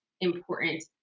important